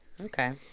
Okay